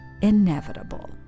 inevitable